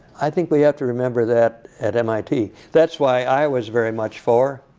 i think we have to remember that at mit. that's why i was very much for